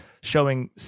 showing